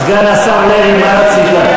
סגן השר לוי, מה רצית?